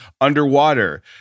underwater